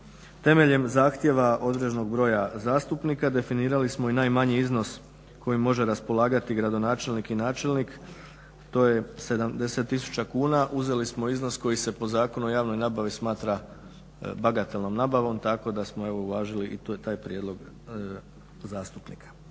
Temeljem zahtjeva određenog broja zastupnika definirali smo i najmanji iznos kojim može raspolagati gradonačelnik i načelnik. To je 70000 kuna. Uzeli smo iznos koji se po Zakonu o javnoj nabavi smatra bagatelnom nabavom, tako da smo evo uvažili i tu je taj prijedlog zastupnika.